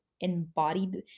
embodied